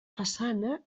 façana